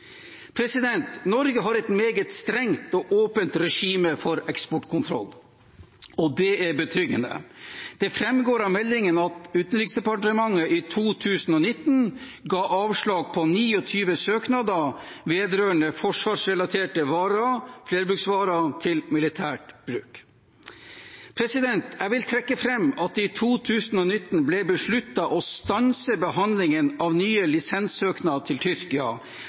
Norge har et meget strengt og åpent regime for eksportkontroll, og det er betryggende. Det framgår av meldingen at Utenriksdepartementet i 2019 ga avslag på 29 søknader vedrørende forsvarsrelaterte varer og flerbruksvarer til militært bruk. Jeg vil trekke fram at det i 2019 ble besluttet å stanse behandlingen av nye lisenssøknader til Tyrkia